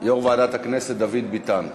יו"ר ועדת הכנסת דוד ביטן,